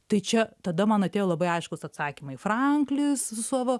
tai čia tada man atėjo labai aiškūs atsakymai franklis su savo